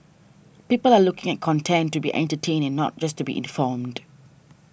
people are looking at content to be entertaining not just to be informed